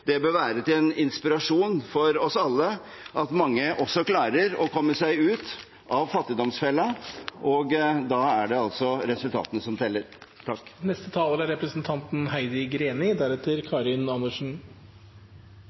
Det bør være til inspirasjon for oss alle at mange klarer å komme seg ut av fattigdomsfellen. Da er det resultatene som teller.